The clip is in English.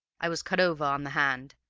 i was cut over on the hand,